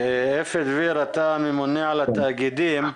דביר, אתה ממונה על התאגידים.